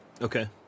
Okay